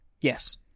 Yes